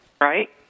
right